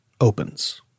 opens